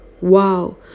Wow